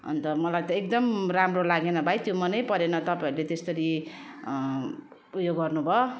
अन्त मलाई त एकदम राम्रो लागेन भाइ त्यो मन परेन तपाईँहरूले त्यसरी उयो गर्नु भयो